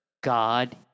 God